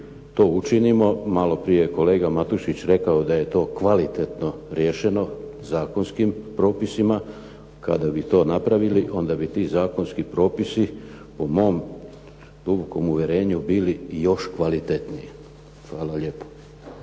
to učinimo, maloprije je kolega Matušić rekao da je to kvalitetno riješeno zakonskim propisima. Kada bi to napravili onda bi ti zakonski propisi po mom dubokom uvjerenju bili još kvalitetniji. Hvala lijepo.